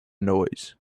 noise